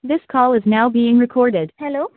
this call is now being recorded hello